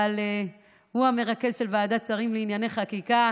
אבל הוא המרכז של ועדת שרים לענייני חקיקה